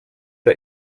der